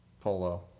Polo